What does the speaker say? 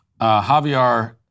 Javier